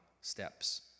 steps